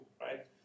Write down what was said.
right